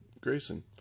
Grayson